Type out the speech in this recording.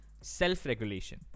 self-regulation